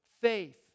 faith